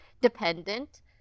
dependent